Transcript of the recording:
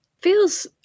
feels